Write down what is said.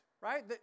right